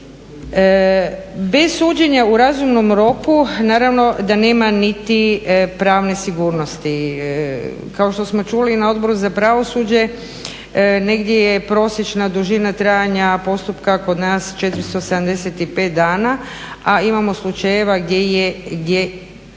Bez suđenja u razumnom roku naravno da nema niti pravne sigurnosti. Kao što smo čuli na Odboru za pravosuđe negdje je prosječna dužina trajanja postupka kod nas 475 dana, a gdje imamo slučaj gdje je prvi